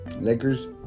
Lakers